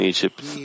Egypt